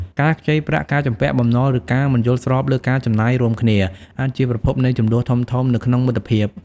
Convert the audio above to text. ការខ្ចីប្រាក់ ការជំពាក់បំណុល ឬការមិនយល់ស្របលើការចំណាយរួមគ្នា អាចជាប្រភពនៃជម្លោះធំៗនៅក្នុងមិត្តភាព ។